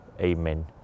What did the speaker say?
Amen